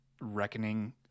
reckoning